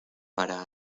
para